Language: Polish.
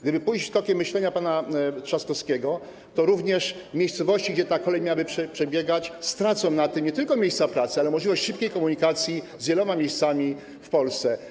Gdyby pójść tokiem myślenia pana Trzaskowskiego, to również miejscowości, gdzie ta kolej miałaby przebiegać, stracą na tym nie tylko miejsca pracy, ale również możliwość szybkiej komunikacji z wieloma miejscami w Polsce.